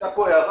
הייתה פה הערה